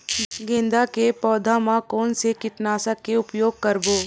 गेंदा के पौधा म कोन से कीटनाशक के उपयोग करबो?